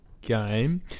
game